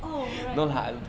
oh right